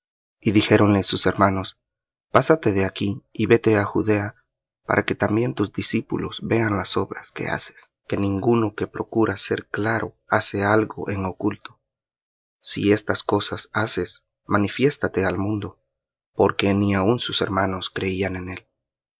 y dijéronle sus hermanos pásate de aquí y vete á judea para que también tus discípulos vean las obras que haces que ninguno que procura ser claro hace algo en oculto si estas cosas haces manifiéstate al mundo porque ni aun sus hermanos creían en él